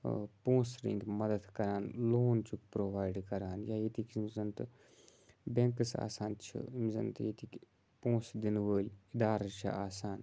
پونٛسہٕ رٔنٛگۍ مَدَد کَران لون چھِکھ پرٛووایڈ کَران یا ییٚتِکۍ یِم زَن تہٕ بٮ۪نٛکٕس آسان چھِ یِم زَن تہٕ ییٚتِکۍ پونٛسہٕ دِنہٕ وٲلۍ اِدارٕ چھِ آسان